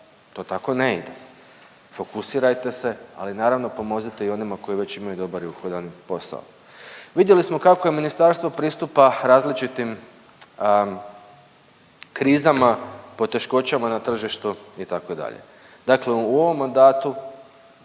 To tako ne ide. Fokusirajte se ali naravno pomozite i onima koji već imaju dobar i uhodan posao. Vidjeli smo kako je ministarstvo pristupa različitim krizama, poteškoćama na tržištu itd. Dakle u ovom mandatu